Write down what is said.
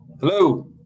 hello